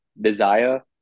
desire